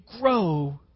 grow